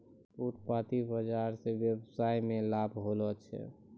फुटपाटी बाजार स वेवसाय मे लाभ होलो छै